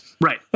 right